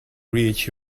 reach